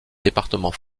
département